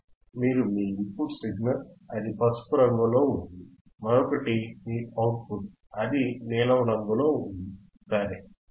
ఒకటి మీ input signal అది పసుపు రంగులో ఉంది మరొకటి మీ అవుట్ పుట్ అది నీలం రంగులో ఉంది సరే